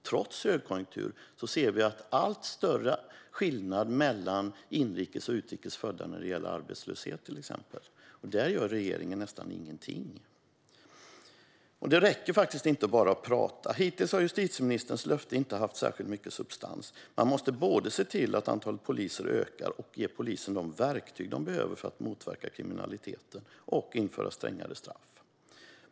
Trots högkonjunktur ser vi allt större skillnad mellan inrikes och utrikes födda när det gäller till exempel arbetslöshet. Där gör regeringen nästan ingenting. Det räcker inte att bara prata. Hittills har justitieministerns löfte inte haft särskilt mycket substans. Man måste både se till att antalet poliser ökar, ge polisen de verktyg den behöver för att motverka kriminalitet och införa strängare straff.